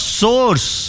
source